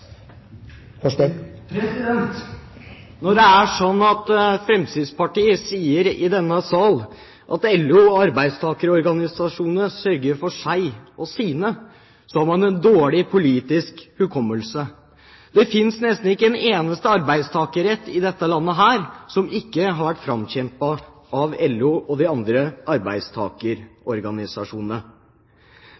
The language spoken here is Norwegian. at Fremskrittspartiet i denne sal sier at LO og arbeidstakerorganisasjonene sørger for seg og sine, har man en dårlig politisk hukommelse. Det finnes nesten ikke en eneste arbeidstakerrettighet i dette landet som ikke har vært framkjempet av LO og de andre